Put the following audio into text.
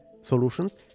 solutions